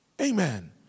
Amen